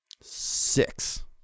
Six